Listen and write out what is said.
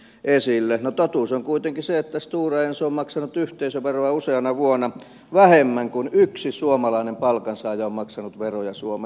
no totuus on kuitenkin se että stora enso on maksanut yhteisöveroa useana vuonna vähemmän kuin yksi suomalainen palkansaaja on maksanut veroja suomeen